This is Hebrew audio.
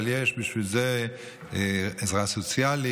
אבל בשביל זה יש עזרה סוציאלית,